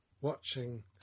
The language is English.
watching